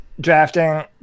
drafting